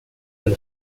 del